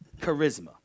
charisma